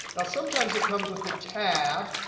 now, sometimes it comes with the tab.